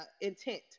intent